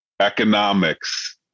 economics